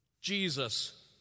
Jesus